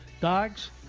Dogs